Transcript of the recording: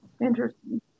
Interesting